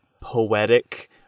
poetic